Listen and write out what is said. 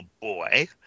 boy